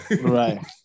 right